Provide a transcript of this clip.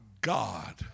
God